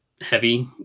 heavy